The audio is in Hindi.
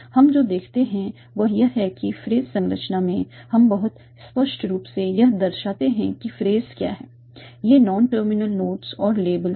हम जो देखते हैं वह यह है कि फ्रेज संरचना में हम बहुत स्पष्ट रूप से यह दर्शाते हैं कि फ्रेज क्या हैं ये नॉन टर्मिनल नोड्स और लेबल हैं